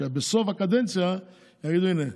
שבסוף הקדנציה יגידו: הינה,